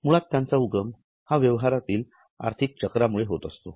मुळात त्यांचा उगम हा व्यवहारातील आर्थिक चक्रामुळे होत असतो